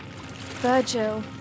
Virgil